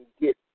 get